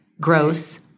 gross